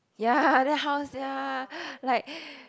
ya then how sia like